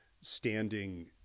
standing